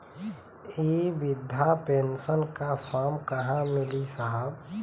इ बृधा पेनसन का फर्म कहाँ मिली साहब?